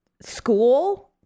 school